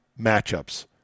matchups